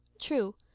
True